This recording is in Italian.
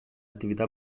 attività